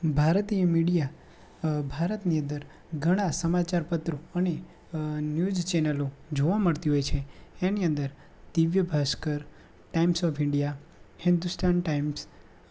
ભારતીય મીડીયા ભારતની અંદર ઘણા સમાચારપત્રો અને ન્યૂજ ચેનલો જોવા મળતી હોય છે એની અંદર Divya Bhaskar Times of India Hindustan times